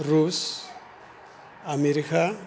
Russia America